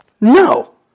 No